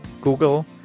Google